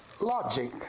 Logic